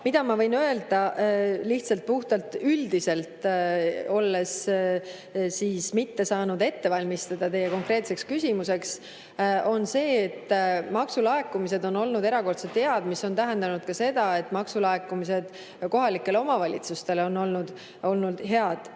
ma võin öelda lihtsalt üldiselt, olles mitte saanud ette valmistada teie konkreetseks küsimuseks, on see, et maksulaekumised on olnud erakordselt head. See on tähendanud ka seda, et maksulaekumised kohalikele omavalitsustele on olnud head,